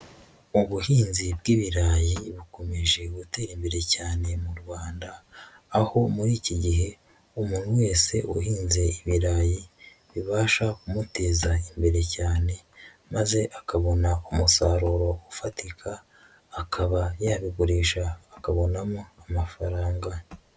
Ubuhinzi bw'ibirayi bukomeje gutera imbere cyane mu Rwanda, aho muri iki gihe, umuntu wese uhinze ibirayi, bibasha kumuteza imbere cyane, maze akabona umusaruro ufatika akaba, yabigurisha akabonamo amafaranga.